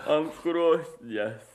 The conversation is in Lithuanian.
ant krosnies